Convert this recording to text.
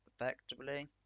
effectively